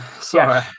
Sorry